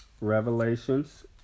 Revelations